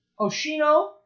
Oshino